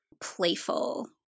playful